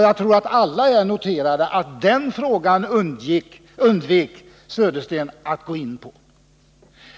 Jag tror att alla här noterade att Bo Södersten undvek att gå in på den frågan.